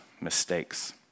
mistakes